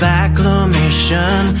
acclamation